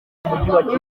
uyu